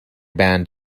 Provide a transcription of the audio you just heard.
band